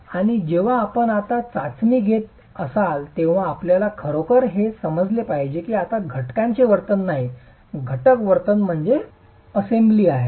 आणि जेव्हा आपण आता चाचणी घेत असाल तेव्हा आपल्याला खरोखर हे समजले पाहिजे की ते आता घटकांचे वर्तन नाही घटक वर्तन म्हणजे असेमब्ली आहे